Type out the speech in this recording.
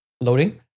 loading